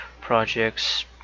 projects